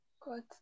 Good